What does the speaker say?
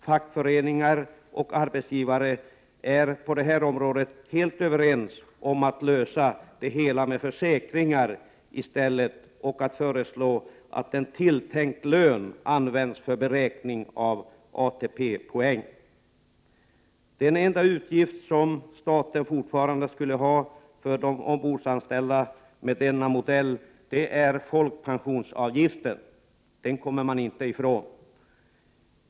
Fackföreningar och arbetsgivare är på detta område helt överens om att lösa detta problem med försäkringar i stället och att föreslå att en tilltänkt lön används för beräkning av ATP-poäng. Den enda utgift som staten fortfarande skulle ha för de ombordanställda med denna modell är folkpensionsavgiften. Den kommer man inte ifrån.